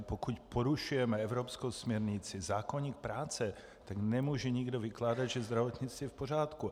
Pokud porušujeme evropskou směrnici, zákoník práce, nemůže nikdo vykládat, že zdravotnictví je v pořádku.